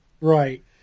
Right